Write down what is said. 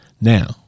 Now